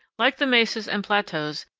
like the mesas and plateaus,